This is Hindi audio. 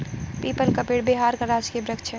पीपल का पेड़ बिहार का राजकीय वृक्ष है